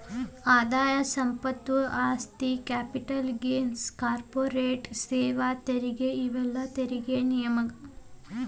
ಆದಾಯ ಸಂಪತ್ತು ಆಸ್ತಿ ಕ್ಯಾಪಿಟಲ್ ಗೇನ್ಸ್ ಕಾರ್ಪೊರೇಟ್ ಸೇವಾ ತೆರಿಗೆ ಇವೆಲ್ಲಾ ತೆರಿಗೆ ವಿಧಗಳು